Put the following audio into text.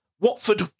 Watford –